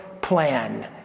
plan